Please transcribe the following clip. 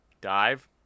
dive